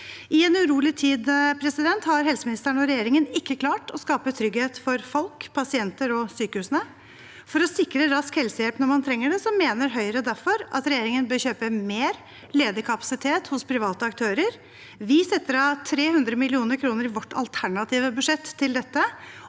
I en urolig tid har helseministeren og regjeringen ikke klart å skape trygghet for folk, pasienter og sykehusene. For å sikre rask helsehjelp når man trenger det, mener Høyre derfor at regjeringen bør kjøpe mer ledig kapasitet hos private aktører. Vi setter av 300 mill. kr i vårt alternative budsjett til dette,